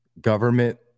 Government